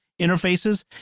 interfaces